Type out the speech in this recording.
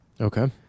okay